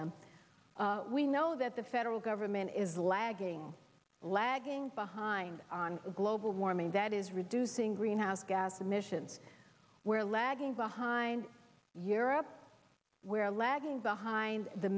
them we know that the federal government is lagging lagging behind on global warming that is reducing greenhouse gas emissions we're lagging behind europe where lagging behind the